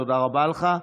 תודה רבה לך.